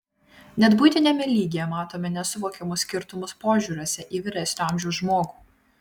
net buitiniame lygyje matome nesuvokiamus skirtumus požiūriuose į vyresnio amžiaus žmogų